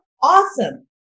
Awesome